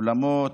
אולמות,